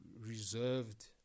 reserved